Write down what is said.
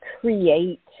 create